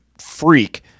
freak